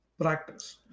practice